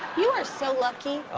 you are so lucky.